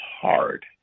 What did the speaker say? hard